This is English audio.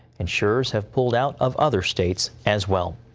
insurers have pulled out of other states as well.